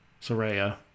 Soraya